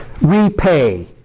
Repay